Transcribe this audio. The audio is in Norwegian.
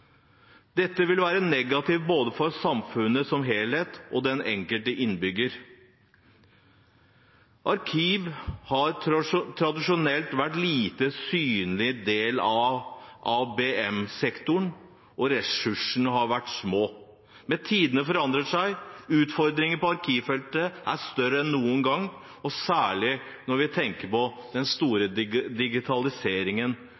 Dette vil være negativt både for samfunnet som helhet og for den enkelte innbygger. Arkiv har tradisjonelt vært en lite synlig del av ABM-sektoren, og ressursene har vært små. Men tidene forandrer seg, og utfordringene på arkivfeltet er større enn noen gang, særlig når vi tenker på den